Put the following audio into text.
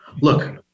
Look